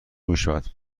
میشود